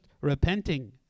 repenting